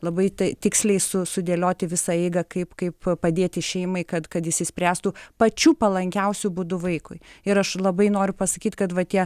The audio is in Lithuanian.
labai tai tiksliai su sudėlioti visą eigą kaip kaip padėti šeimai kad kad išsispręstų pačiu palankiausiu būdu vaikui ir aš labai noriu pasakyt kad va tie